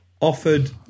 offered